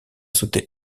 sauter